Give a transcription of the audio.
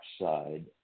side